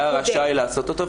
הוא היה רשאי לעשות אותו,